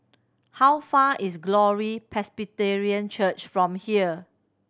how far is Glory Presbyterian Church from here